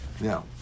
Now